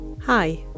Hi